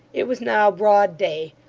it was now broad day,